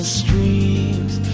streams